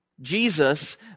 Jesus